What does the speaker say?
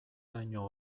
laino